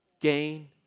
Gain